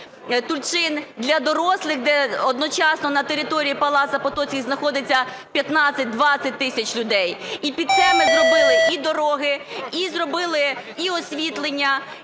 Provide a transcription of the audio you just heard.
TULCHYN для дорослих, де одночасно на території Палацу Потоцьких знаходиться 15-20 тисяч людей. І під це ми зробили і дороги, і зробили і освітлення,